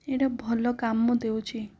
ଏହିଟା ଭଲ କାମ ଦେଉଛି